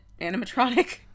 animatronic